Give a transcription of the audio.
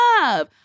love